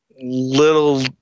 little